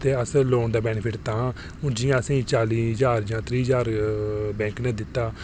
अस लोन दा बैनिफिट तां हून जि'यां असें ई चाली ज्हार जां त्रीह् ज्हार बैंक ने दित्ता